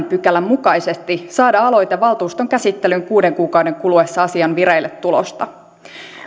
pykälän mukaisesti saada aloite valtuuston käsittelyyn kuuden kuukauden kuluessa asian vireille tulosta